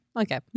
okay